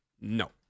no